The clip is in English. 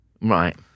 Right